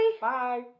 Bye